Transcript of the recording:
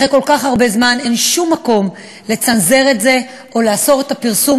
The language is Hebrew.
אחרי כל כך הרבה זמן אין שום מקום לצנזר את זה או לאסור את הפרסום.